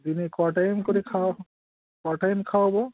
দিনে ক টাইম করে খাওয়াব ক টাইম খাওয়াব